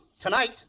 tonight